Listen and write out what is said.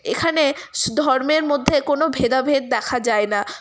এখানে ধর্মের মধ্যে কোনো ভেদাভেদ দেখা যায় না